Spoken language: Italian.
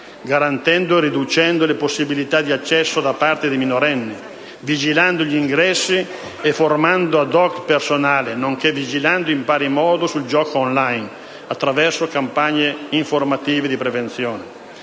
garantendo e riducendo le possibilità di accesso da parte dei minorenni; vigilando gli ingressi e formando *ad hoc* il personale, nonché vigilando in pari modo sul gioco *on line*; attraverso campagne informative di prevenzione;